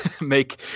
make